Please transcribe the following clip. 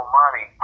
money